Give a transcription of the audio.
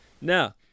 Now